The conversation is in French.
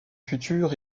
futur